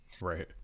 Right